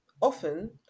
often